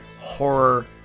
horror